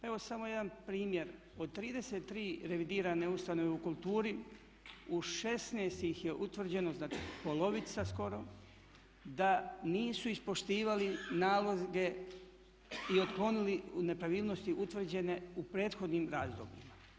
Evo samo jedan primjer od 33 revidirane ustanove u kulturi u 16 ih je utvrđeno, znači polovica skoro, da nisu ispoštivali naloge i otklonili nepravilnosti utvrđene u prethodnim razdobljima.